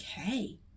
okay